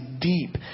deep